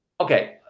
Okay